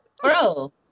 Bro